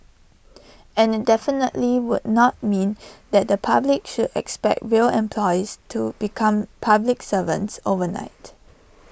and IT definitely would not mean that the public should expect rail employees to become public servants overnight